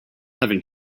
having